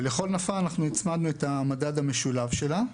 ולכל נפה הצמדנו את המדד המשולב שלה.